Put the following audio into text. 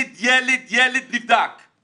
כל